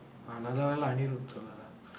நல்ல வேல:nalla vela anirudh சொல்லல:sollala